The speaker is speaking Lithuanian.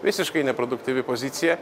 visiškai neproduktyvi pozicija